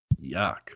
Yuck